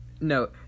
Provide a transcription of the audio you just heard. No